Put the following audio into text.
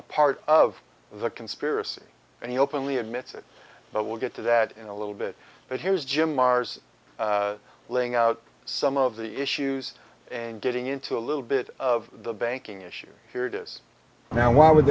a part of the conspiracy and he openly admits it but we'll get to that a little bit but here's jim marrs laying out some of the issues and getting into a little bit of the banking issue here just now why would